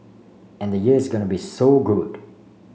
and the year's gonna be so good